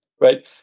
right